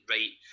Right